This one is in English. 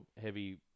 heavy